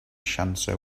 sancho